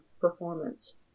performance